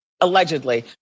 Allegedly